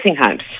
homes